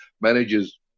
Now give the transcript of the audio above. manages